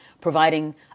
providing